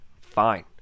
fine